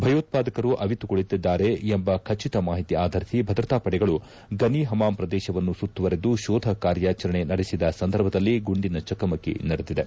ಭಯೋತ್ವಾದಕರು ಅವಿತು ಕುಳಿತಿದ್ದಾರೆ ಎಂಭ ಖಚಿತ ಮಾಹಿತಿ ಆಧರಿಸಿ ಭದ್ರತಾ ಪಡೆಗಳು ಗನಿ ಪಮಾಮ್ ಪ್ರದೇಶವನ್ನು ಸುತ್ತುವರೆದು ಶೋಧ ಕಾರ್ಯಾಚರಣೆ ನಡೆಸಿದ ಸಂದರ್ಭದಲ್ಲಿ ಗುಂಡಿನ ಚಕಮಕಿ ನಡೆದಿದೆ